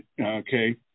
okay